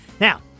Now